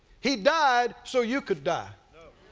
he died so you could die?